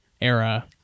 era